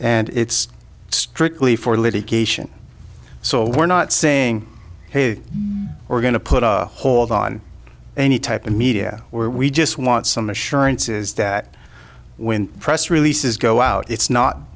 and it's strictly for litigation so we're not saying hey we're going to put a hold on any type of media where we just want some assurances that when press releases go out it's not